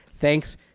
thanks